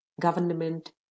government